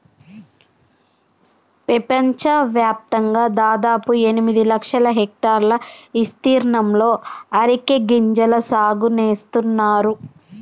పెపంచవ్యాప్తంగా దాదాపు ఎనిమిది లక్షల హెక్టర్ల ఇస్తీర్ణంలో అరికె గింజల సాగు నేస్తున్నారు